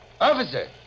Officer